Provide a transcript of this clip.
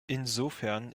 insofern